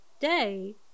day